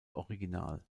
original